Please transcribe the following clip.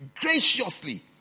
graciously